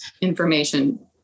information